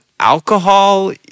Alcohol